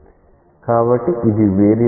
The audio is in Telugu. కాబట్టి ఇది వేరియబుల్ లిమిట్